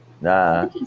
Nah